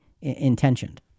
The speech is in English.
intentioned